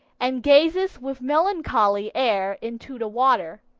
and gazes with melancholy air into the water.